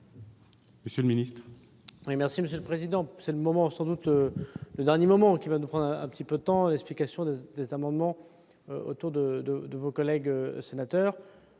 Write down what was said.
monsieur le ministre.